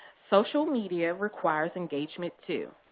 social media requires engagement too.